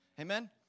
Amen